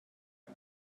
کرد